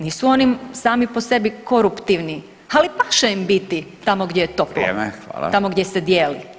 Nisu oni sami po sebi koruptivni, ali paše im biti tamo gdje je toplo, [[Upadica Radin: Vrijeme.]] tamo gdje se dijeli.